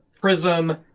Prism